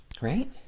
Right